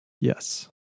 Yes